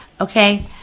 okay